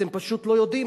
אתם פשוט לא יודעים,